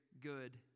good